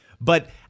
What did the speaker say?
But-